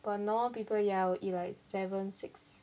but normal people ya will eat like seven six